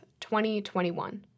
2021